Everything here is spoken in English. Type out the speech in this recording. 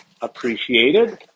appreciated